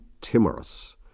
timorous